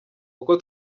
kuko